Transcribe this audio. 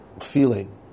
feeling